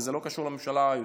וזה לא קשור לממשלה היוצאת.